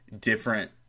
different